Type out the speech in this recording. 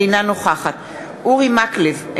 אינה נוכחת אורי מקלב,